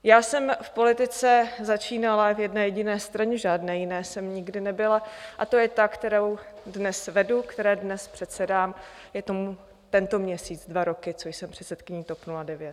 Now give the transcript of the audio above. Já jsem v politice začínala v jedné jediné straně, v žádné jiné jsem nikdy nebyla, a to je ta, kterou dnes vedu, které dnes předsedám je tomu tento měsíc dva roky, co jsem předsedkyní TOP 09.